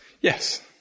Yes